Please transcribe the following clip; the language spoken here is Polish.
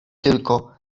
tylko